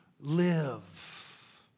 live